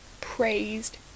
praised